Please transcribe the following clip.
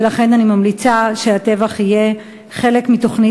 ולכן אני ממליצה שהטבח יהיה חלק מתוכנית